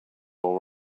all